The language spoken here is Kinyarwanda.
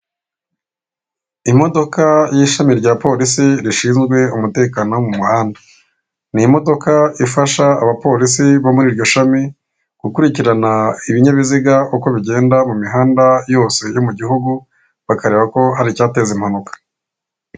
Imodoka y'ishami rya polisi rishinzwe umutekano wo mu muhanda, ni imodoka ifasha abapolisi bo muri iryo shami, gukurikirana ibinyabiziga uko bigenda mu mihanda yose yo mu gihugu bakareba ko hari icyateza impanuka.